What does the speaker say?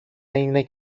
είναι